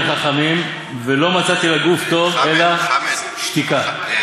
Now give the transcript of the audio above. חכמים ולא מצאתי לגוף טוב אלא שתיקה" אה,